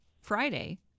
Friday